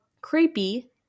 Creepy